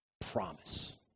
Promise